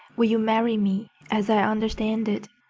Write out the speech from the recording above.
will you marry me as i understand it.